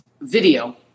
video